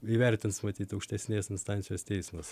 įvertins matyt aukštesnės instancijos teismas